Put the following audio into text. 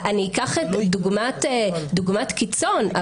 אני אקח דוגמת קיצון,